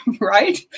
right